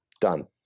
Done